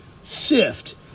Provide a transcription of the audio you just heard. sift